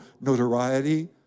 notoriety